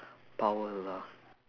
powers ah